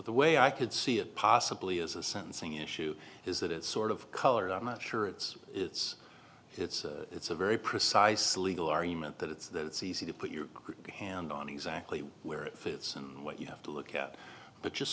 the way i could see it possibly as a sentencing issue is that it's sort of colored i'm not sure it's it's it's it's a very precise legal argument that it's easy to put your hand on exactly where it fits and what you have to look at but just